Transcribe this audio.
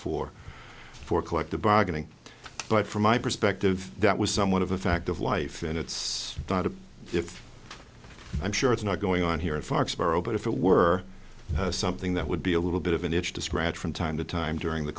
for for collective bargaining but from my perspective that was somewhat of a fact of life and it's not a if i'm sure it's not going on here in foxboro but if it were something that would be a little bit of an itch to scratch from time to time during the